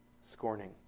scorning